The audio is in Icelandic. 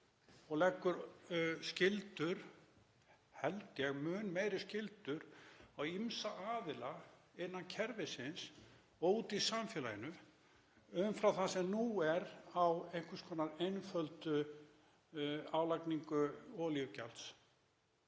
og leggur skyldur, held ég mun meiri skyldur, á ýmsa aðila innan kerfisins og úti í samfélaginu umfram það sem nú er á einhvers konar einfalda álagningu olíugjalds